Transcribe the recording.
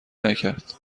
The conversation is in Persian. نکرد